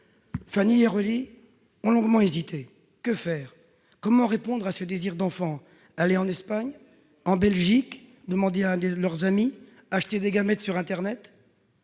Fanny et Aurélie ont longuement hésité ... Que faire ? Comment répondre à ce désir d'enfant ? Aller en Espagne, en Belgique ? Demander à l'un de leurs amis ? Acheter des gamètes sur internet ?